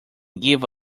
give